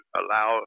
allow